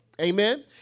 Amen